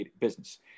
business